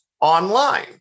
online